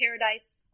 paradise